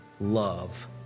love